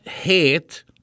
hate